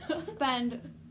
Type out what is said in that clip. spend